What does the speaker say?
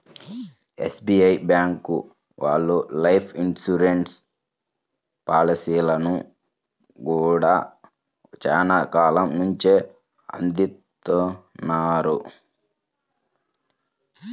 SBI bank వాళ్ళు life insurance పాలసీలను గూడా చానా కాలం నుంచే అందిత్తన్నారు